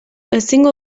ezingo